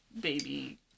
baby